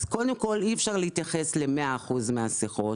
אז קודם כל אי אפשר להתייחס ל-100 אחוזים מהשיחות.